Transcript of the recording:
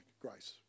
Grace